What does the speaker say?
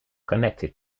connected